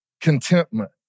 contentment